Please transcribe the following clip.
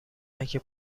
اگه